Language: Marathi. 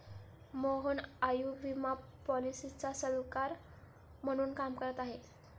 मोहन आयुर्विमा पॉलिसीचा सल्लागार म्हणून काम करत आहे